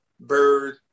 Bird